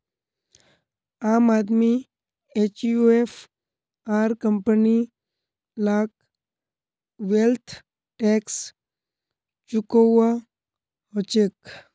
आम आदमी एचयूएफ आर कंपनी लाक वैल्थ टैक्स चुकौव्वा हछेक